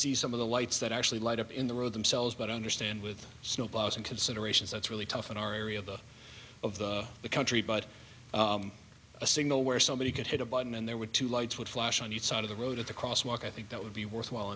see some of the lights that actually light up in the road themselves but i understand with snowplows and considerations that's really tough in our area of the of the the country but a signal where somebody could hit a button and there were two lights would flash on the side of the road at the cross walk i think that would be worthwhile